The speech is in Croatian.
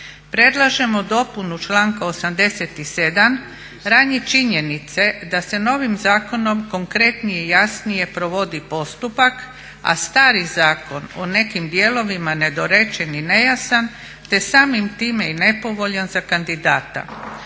Predlažemo dopunu članka 87. radi činjenice da se novim zakonom konkretnije i jasnije provodi postupak, a stari zakon u nekim dijelovima nedorečen i nejasan te samim time i nepovoljan za kandidata.